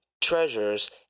treasures